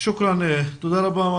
תודה רבה.